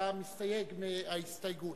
אתה מסתייג מההסתייגות,